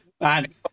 man